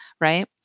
right